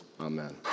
Amen